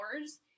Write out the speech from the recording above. hours